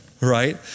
right